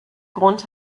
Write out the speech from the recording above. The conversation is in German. grund